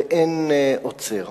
ואין עוצר.